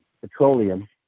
petroleum